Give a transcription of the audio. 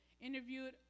interviewed